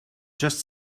just